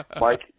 Mike